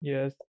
Yes